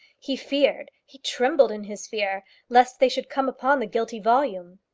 he feared he trembled in his fear lest they should come upon the guilty volume.